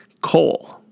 coal